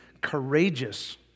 courageous